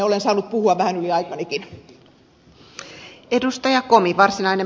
olen saanut puhua vähän yli aikanikin